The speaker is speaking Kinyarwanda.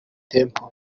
temple